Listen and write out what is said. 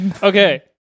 Okay